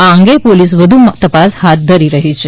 આ અંગે પોલીસે વધુ તપાસ હાથ ધરી છે